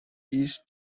east